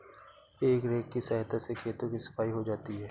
हेइ रेक की सहायता से खेतों की सफाई हो जाती है